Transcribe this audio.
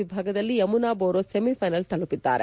ವಿಭಾಗದಲ್ಲಿ ಜಮುನಾ ಬೋರೋ ಸೆಮಿಫ್ಟೆನಲ್ ತಲುಪಿದ್ದಾರೆ